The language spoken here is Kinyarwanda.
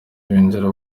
binjira